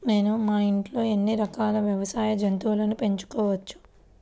నేను మా ఇంట్లో ఎన్ని రకాల వ్యవసాయ జంతువులను పెంచుకోవచ్చు?